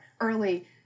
early